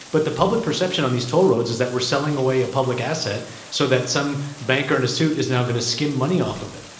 but the public perception on these toll roads is that we're selling away a public asset so that some banker in a suit is now going to skim money off of it.